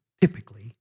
typically